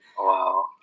wow